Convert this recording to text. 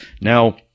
Now